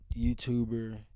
YouTuber